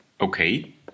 Okay